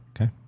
Okay